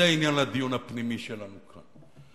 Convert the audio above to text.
זה עניין לדיון הפנימי שלנו כאן.